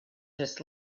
just